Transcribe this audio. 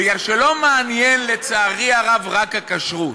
מפני שלא מעניין, לצערי הרב, רק הכשרות.